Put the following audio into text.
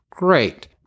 Great